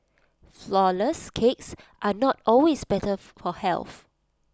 Flourless Cakes are not always better for health